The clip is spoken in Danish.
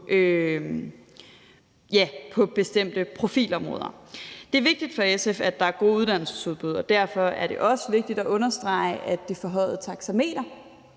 på bestemte profilområder. Det er vigtigt for SF, at der er uddannelsesudbud, og derfor er det også vigtigt at understrege, at det forhøjede